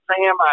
Sam